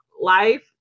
life